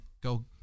go